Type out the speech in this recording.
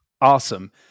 Awesome